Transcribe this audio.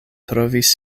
trovis